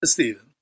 Stephen